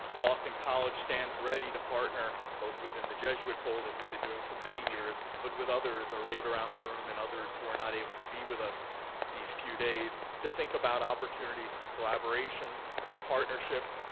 boston college stands ready to partner both within the jesuit fold, as we've been doing for many years, but with others arrayed around the room and others who are not able to be with us these few days to think about opportunities for collaboration, for partnership,